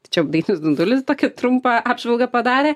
tai čia dainius dundulis tokį trumpą apžvalgą padarė